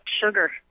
sugar